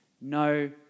no